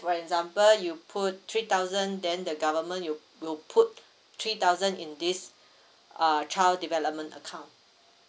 for example you put three thousand then the government will will put three thousand in this err child development account